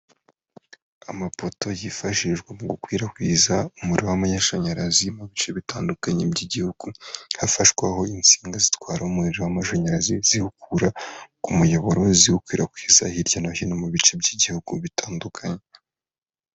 Amapoto yifashishwa mu gukwirakwiza umuriro w'amashanyarazi mu bice bitandukanye by'igihugu, hafashwaho insinga zitwara umuriro w'amashanyarazi ziwukura ku muyoboro ziwukwirakwiza hirya no hino mu bice by'ibihugu bitandukanye.